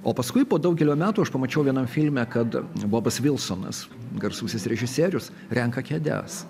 o paskui po daugelio metų aš pamačiau vienam filme kad bobas vilsonas garsusis režisierius renka kėdes